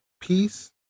peace